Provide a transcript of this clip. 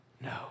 No